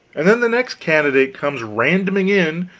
and then the next candidate comes randoming in,